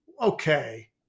okay